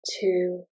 two